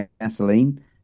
gasoline